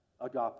agape